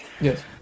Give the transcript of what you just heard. Yes